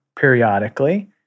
periodically